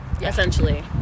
essentially